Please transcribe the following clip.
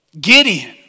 Gideon